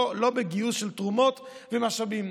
לא בגיוס של תרומות ומשאבים.